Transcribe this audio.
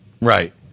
Right